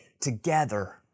together